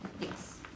Yes